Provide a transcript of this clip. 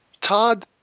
Todd